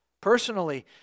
Personally